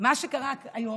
מה שקרה היום,